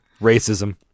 racism